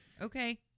Okay